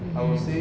mmhmm